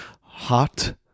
Hot